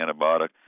antibiotic